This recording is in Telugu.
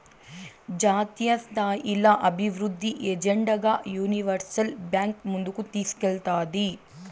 జాతీయస్థాయిల అభివృద్ధి ఎజెండాగా యూనివర్సల్ బాంక్ ముందుకు తీస్కేల్తాది